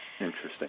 Interesting